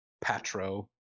patro